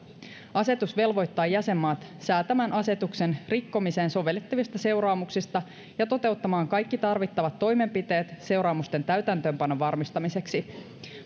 asetus velvoittaa jäsenmaat säätämään asetuksen rikkomiseen sovellettavista seuraamuksista ja toteuttamaan kaikki tarvittavat toimenpiteet seuraamusten täytäntöönpanon varmistamiseksi